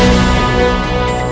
and